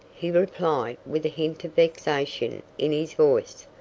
he replied, with a hint of vexation in his voice,